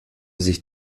sich